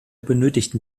benötigten